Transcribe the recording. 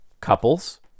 Couples